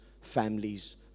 families